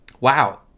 Wow